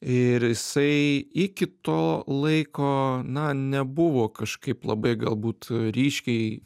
ir jisai iki to laiko na nebuvo kažkaip labai galbūt ryškiai